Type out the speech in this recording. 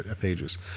pages